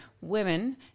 women